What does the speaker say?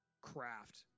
craft